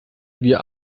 wir